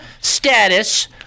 status